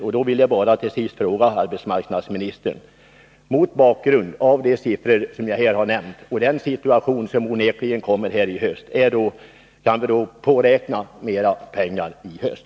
Jag vill till sist fråga arbetsmarknadsministern: Kan vi, mot bakgrund av de siffror som jag här har nämnt och med tanke på den situation som onekligen väntar i höst, påräkna mer pengar i höst?